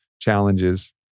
challenges